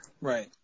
Right